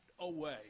away